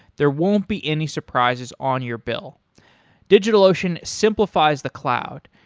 there won't be any surprises on your bill digitalocean simplifies the cloud.